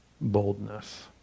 boldness